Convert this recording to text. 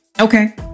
Okay